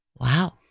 Wow